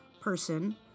person